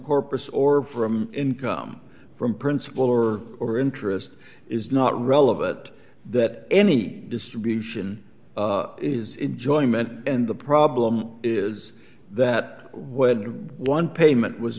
corpus or from income from principle or or interest is not relevant that any distribution is enjoyment and the problem is that when one payment was